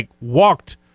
walked